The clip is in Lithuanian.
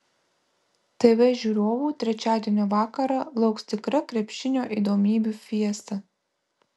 tv žiūrovų trečiadienio vakarą lauks tikra krepšinio įdomybių fiesta